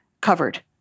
covered